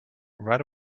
right